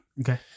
Okay